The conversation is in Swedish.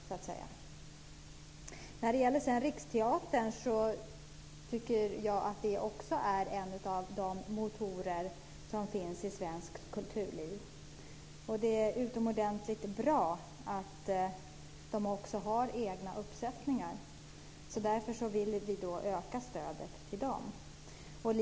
Jag tycker också att Riksteatern är en av de motorer som finns i svenskt kulturliv. Det är utomordentligt bra att man har egna uppsättningar. Därför vill vi öka stödet till Riksteatern.